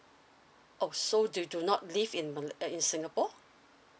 oh so they do not live in uh in singapore